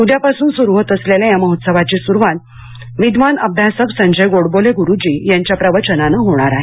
उद्यापासुन सुरू होत असलेल्या या महोत्सवाची सुरुवात विद्वान अभ्यासक संजय गोडबोले गुरुजी यांच्या प्रवचनाने होणार आहे